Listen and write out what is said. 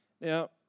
Now